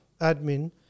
admin